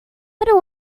but